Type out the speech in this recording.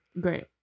Great